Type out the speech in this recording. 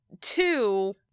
two